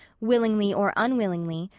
willingly or unwillingly,